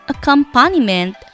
Accompaniment